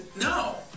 no